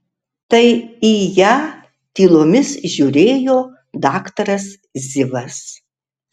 tai į ją tylomis žiūrėjo daktaras zivas